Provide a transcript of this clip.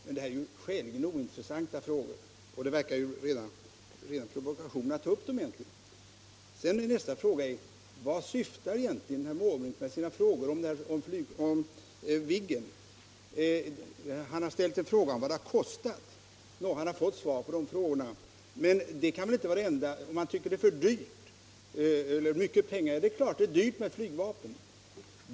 Men detta är ju skäligen ointressanta frågor, och det verkar egentligen som rena provokationen att ta upp dem. Vart syftar herr Måbrink med sina frågor om Viggen? Han har frågat vad Viggen har kostat, och han har fått svar. Men det kan väl inte vara det enda det gäller, att han tycker att det är mycket pengar. Det är klart att det är dyrt med flygvapen.